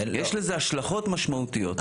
יש לזה השלכות משמעותיות.